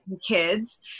kids